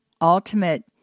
ultimate